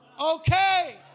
okay